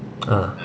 ah